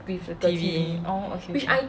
the T_V oh okay okay